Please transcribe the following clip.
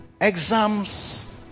exams